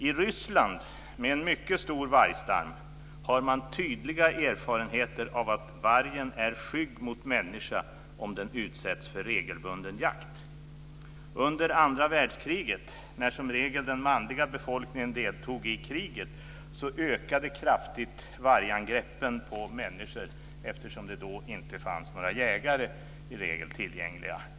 I Ryssland, med en mycket stor vargstam, har man tydliga erfarenheter av att vargen är skygg mot människa om den utsätts för regelbunden jakt. Under andra världskriget, när som regel den manliga befolkningen deltog i kriget, ökade kraftigt vargangreppen på människor eftersom det då i regel inte fanns några jägare tillgängliga.